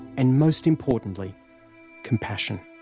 and most importantly compassion.